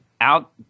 out